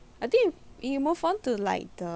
I think you if you move on to like